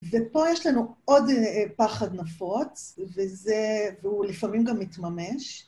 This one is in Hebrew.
ופה יש לנו עוד פחד נפוץ, וזה... והוא לפעמים גם מתממש.